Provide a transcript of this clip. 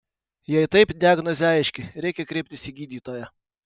jei taip diagnozė aiški reikia kreiptis į gydytoją